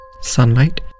sunlight